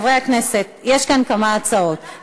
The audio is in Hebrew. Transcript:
חברי הכנסת, יש כאן כמה הצעות.